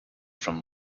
from